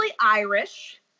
Irish